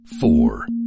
Four